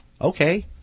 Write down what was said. Okay